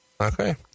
okay